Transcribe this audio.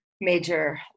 major